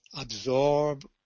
absorb